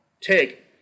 take